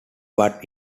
but